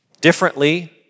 differently